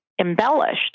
embellished